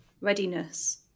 readiness